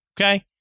okay